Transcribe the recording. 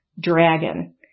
dragon